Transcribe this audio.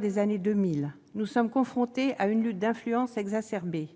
des années 2000. Nous sommes confrontés à une lutte d'influence exacerbée.